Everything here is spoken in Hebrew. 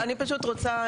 נכון.